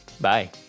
Bye